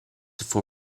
for